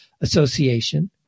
Association